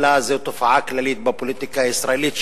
אלא זו תופעה כללית בפוליטיקה הישראלית,